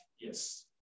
Yes